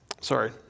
Sorry